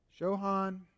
Shohan